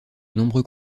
nombreux